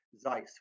Zeiss